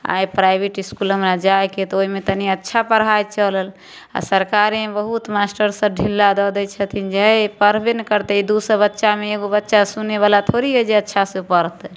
आइ private school हमरा जाइके हइ तऽ ओहिमे तनि अच्छा पढ़ाइ चलल आओर सरकारीमे बहुत मास्टरसभ ढीला दऽ दै छथिन जे हइ पढ़बे ने करतै दुइ सओ बच्चामे एगो बच्चा सुनैवला थोड़ी हइ जे अच्छासे पढ़तै